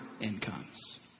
incomes